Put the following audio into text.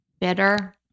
Bitter